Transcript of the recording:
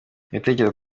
ibitekerezo